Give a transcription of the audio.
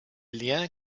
liens